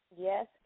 Yes